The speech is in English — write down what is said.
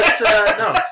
No